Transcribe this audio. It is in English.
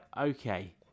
okay